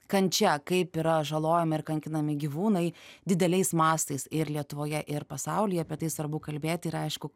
kančia kaip yra žalojami ir kankinami gyvūnai dideliais mastais ir lietuvoje ir pasaulyje apie tai svarbu kalbėti ir aišku